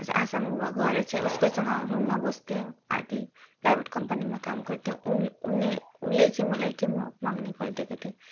आसाममा गएर चाहिँ उसकै सँग रुममा बस्थेँ आँटी प्लाइवुड कम्पनीमा काम गर्थ्यो उन उनले ऊले चाहिँ मलाई चाहिँ म मँगनी गरिदएको थियो